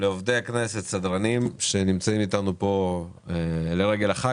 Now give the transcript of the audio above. לעובדי הכנסת, הסדרנים שנמצאים איתנו לרגל החג.